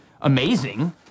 amazing